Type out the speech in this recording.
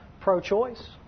pro-choice